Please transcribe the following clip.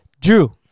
drew